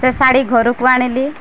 ସେ ଶାଢ଼ୀ ଘରକୁ ଆଣିଲି